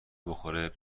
بخوره